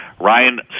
Ryan